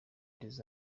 des